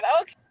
okay